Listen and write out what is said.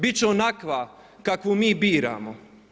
Biti će onakva kakvu mi biramo.